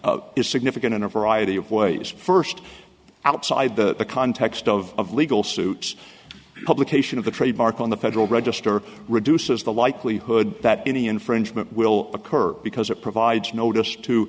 is significant in a variety of ways first outside the context of legal suits publication of the trademark on the federal register reduces the likelihood that any infringement will occur because it provides notice to